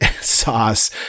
sauce